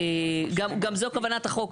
גם זו כוונת החוק.